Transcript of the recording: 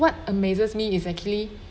what amazes me is actually